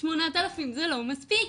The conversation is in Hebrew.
שמונת אלפים זה לא מספיק.